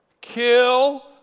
kill